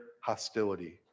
hostility